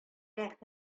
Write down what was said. рәхәт